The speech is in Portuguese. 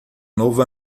novo